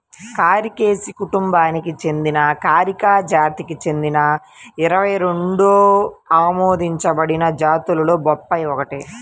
కారికేసి కుటుంబానికి చెందిన కారికా జాతికి చెందిన ఇరవై రెండు ఆమోదించబడిన జాతులలో బొప్పాయి ఒకటి